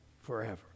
forever